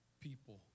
people